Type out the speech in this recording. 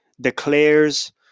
declares